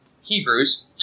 Hebrews